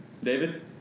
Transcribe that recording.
David